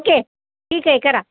okay ठीक आहे करा